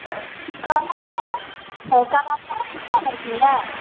आँय कहलहुँ जे बात जे नाशपाती अनलकै हए